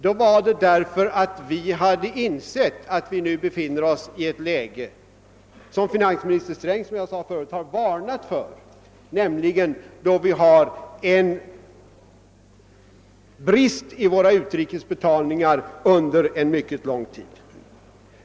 Anledningen till detta var att vi hade insett att landet nu befinner sig i det läge som finansminister Sträng har varnat för, såsom jag sade förut, nämligen att vi har en brist i våra utrikesbetalningar sedan en mycket lång tid.